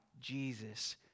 Jesus